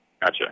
Gotcha